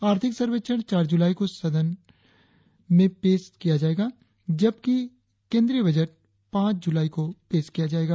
आर्थिक सर्वेक्षण चार जुलाई को संसद के पटल पर रखा जाएगा जबकि केंद्रीय बजट पांच जुलाई को पेश किया जाएगा